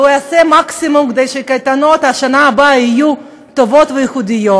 והוא יעשה את המקסימום כדי שהקייטנות בשנה הבאה יהיו טובות וייחודיות,